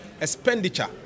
expenditure